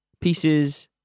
pieces